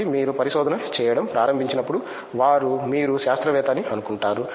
కాబట్టి మీరు పరిశోధన చేయడం ప్రారంభించినప్పుడు వారు మీరు శాస్త్రవేత్త అని అనుకుంటారు